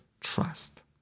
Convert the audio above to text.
trust